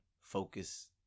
focus